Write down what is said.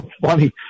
funny